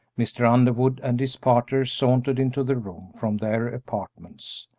mr. underwood and his partner sauntered into the room from their apartments.